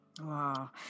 Wow